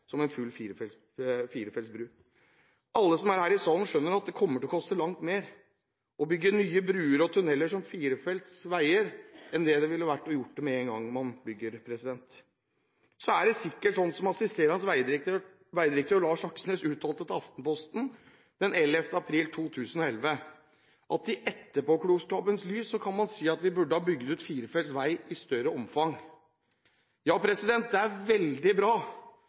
som er her i salen, skjønner at det kommer til å koste langt mer å bygge nye bruer og tunneler som firefeltsveier enn det ville vært å gjøre det den gangen man bygde. Så er det sikkert sånn som assisterende vegdirektør Lars Aksnes uttalte til Aftenposten den 11. april 2011: «I etterpåklokskapens lys så kan en si at vi kanskje burde ha bygget ut firefelts vei i større omfang». Det er veldig bra